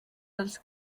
dels